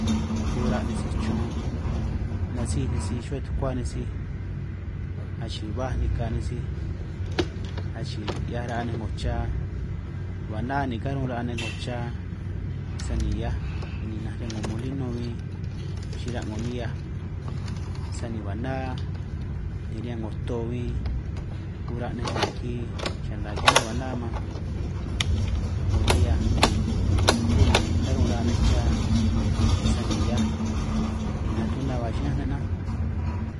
Kura' nej sij chun nasíj nej sij chuhua tukua nej sij, achii baj nikaj nej sij achii 'hiaj raa nej 'ngo cha, ba ná ni karún raa nej 'ngo cha sani hiaj ni man ninaj riñan 'ngo molino huin chira' 'ngo nihiaj, sani ba' ná ni riñan 'ngo to huin ura' nej ngwii niki yana kiman ba' na, man 'ngo nihiaj ni ruku ni karún raa nej cha sani hiaj ni natuna ba xiñánj ne' nanj.